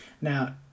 now